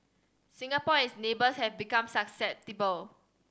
Singapore and its neighbours have been susceptible